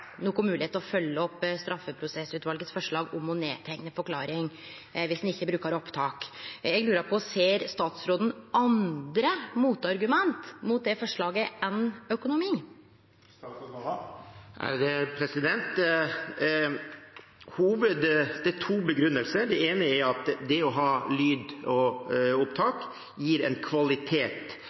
til å følgje opp forslaget frå straffeprosessutvalet om å teikne ned forklaring om ein ikkje brukar opptak. Eg lurer på: Ser statsråden andre motargument mot det forslaget enn økonomi? Det er to begrunnelser. Den ene er at det å ha lydopptak gir en kvalitet